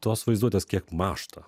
tos vaizduotės kiek mąžta